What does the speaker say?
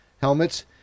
helmets